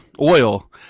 oil